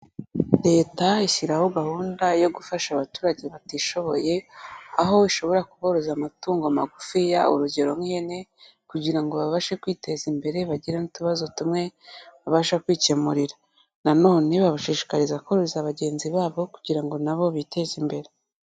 Leta ishyiraho gahunda yo gufasha abaturage batishoboye, aho ishobora kuboroza amatungo magufiya urugero nk'ihene, kugira ngo babashe kwiteza imbere bagire n'utubazo tumwe babasha kwikemurira. Na none babashishikariza koroza bagenzi babo kugira ngo nabo biteze imbere.